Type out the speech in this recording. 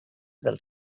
dels